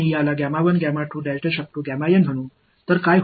ஒட்டுமொத்தமாக காமா என்று சொல்லலாம் இதை நான் என்று அழைக்கிறேன்